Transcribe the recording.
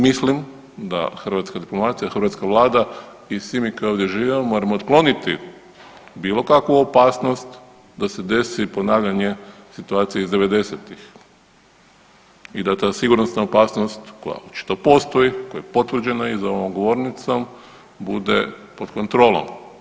Mislim da hrvatska diplomacija, hrvatska Vlada i svi mi koji ovdje živimo moramo otkloniti bilo kakvu opasnost da se desi ponavljanje situacije iz devedesetih i da ta sigurnosna opasnost koja očito postoji, koja je potvrđena i za ovom govornicom bude pod kontrolom.